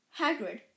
Hagrid